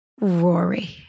Rory